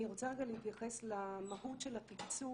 אני רוצה רגע להתייחס למהות של התקצוב,